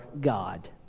God